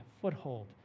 foothold